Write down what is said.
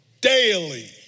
daily